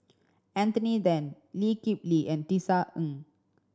Anthony Then Lee Kip Lee and Tisa Ng